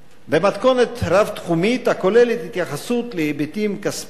במתכונת רב-תחומית הכוללת התייחסות להיבטים כספיים,